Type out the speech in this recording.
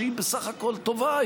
שהיא בסך הכול טובה,